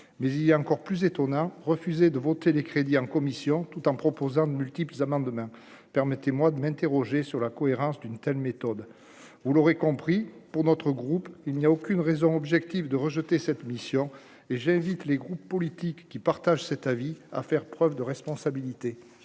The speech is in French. mais il est encore plus étonnant, refusé de voter les crédits en commission, tout en proposant de multiples amant demain, permettez-moi de m'interroger sur la cohérence d'une telle méthode, vous l'aurez compris pour notre groupe, il n'y a aucune raison objective de rejeter cette mission et j'invite les groupes politiques qui partagent cet avis à faire preuve de responsabilité,